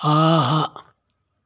ஆஹா